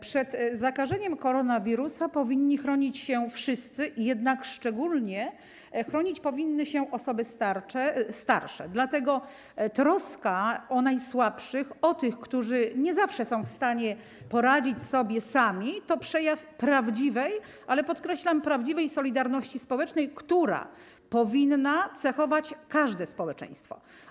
Przed zakażeniem koronawirusem powinni chronić się wszyscy, jednak szczególnie chronić powinny się osoby starsze, dlatego troska o najsłabszych, o tych, którzy nie zawsze są w stanie poradzić sobie sami, to przejaw prawdziwej - podkreślam: prawdziwej - solidarności społecznej, która powinna cechować każde społeczeństwo.